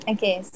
Okay